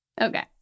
Okay